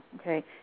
Okay